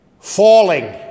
falling